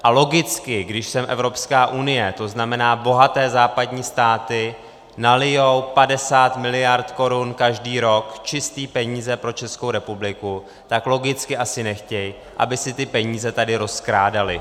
A logicky, když sem Evropská unie, to znamená bohaté západní státy, nalijí 50 miliard korun každý rok, čisté peníze pro Českou republiku, tak logicky asi nechtějí, aby se ty peníze tady rozkrádaly.